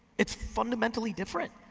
it's fundamentally different.